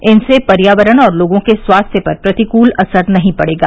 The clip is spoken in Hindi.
इनसे पर्यावरण और लोगों के स्वास्थ्य पर प्रतिकूल असर नहीं पड़ेगा